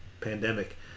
pandemic